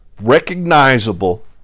recognizable